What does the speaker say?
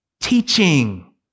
Teaching